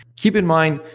keep in mind,